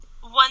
One